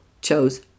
chose